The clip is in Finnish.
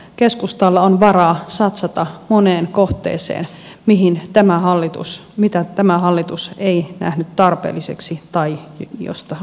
keskustalla on varaa satsata moneen kohteeseen mitä tämä hallitus ei nähnyt tarpeelliseksi tai joista tämä hallitus on leikannut